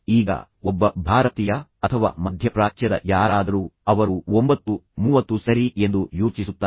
ಈಗ ಒಬ್ಬ ಭಾರತೀಯ ಅಥವಾ ಮಧ್ಯಪ್ರಾಚ್ಯದ ಯಾರಾದರೂ ಅವರು ಒಂಬತ್ತು ಮೂವತ್ತು ಸರಿ ಎಂದು ಯೋಚಿಸುತ್ತಾರೆ